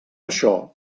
això